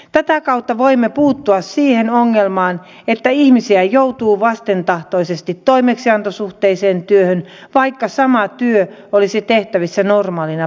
tätä kautta voimme puuttua siihen ongelmaan että ihmisiä joutuu vastentahtoisesti toimeksiantosuhteiseen työhön vaikka sama työ olisi tehtävissä normaalina palkkatyönä